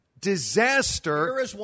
Disaster